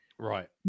right